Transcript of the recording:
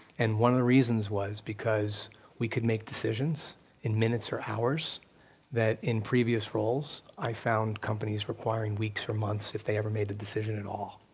and one of the reasons was because we could make decisions in minutes or hours that in previous roles i found companies requiring weeks or months, if they ever made the decision at all.